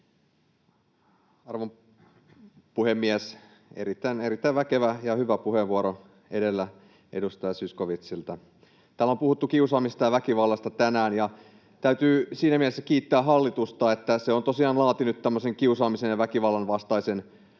Arvoisa puhemies! Erittäin väkevä ja hyvä puheenvuoro edellä edustaja Zyskowiczilta. Täällä on puhuttu kiusaamisesta ja väkivallasta tänään, ja täytyy siinä mielessä kiittää hallitusta, että se on tosiaan laatinut kiusaamisen ja väkivallan vastaisen